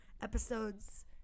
episodes